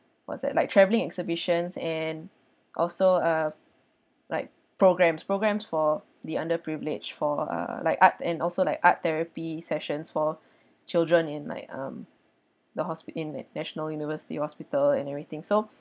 what's that like travelling exhibitions and also uh like programmes programmes for the underprivileged for uh like art and also like art therapy sessions for children in like um the hospi~ in at national university hospital and everything so